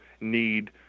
need